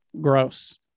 gross